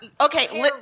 Okay